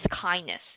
kindness